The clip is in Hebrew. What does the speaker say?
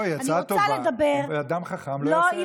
לא, היא הצעה טובה, ואדם חכם לא יעשה את זה.